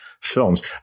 films